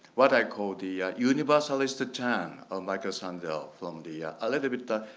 what i call the universalistic turn of michael sandel from the elevator,